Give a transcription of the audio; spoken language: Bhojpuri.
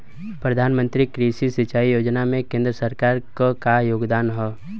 प्रधानमंत्री कृषि सिंचाई योजना में केंद्र सरकार क का योगदान ह?